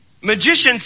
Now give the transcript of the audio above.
Magicians